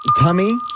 Tummy